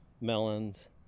melons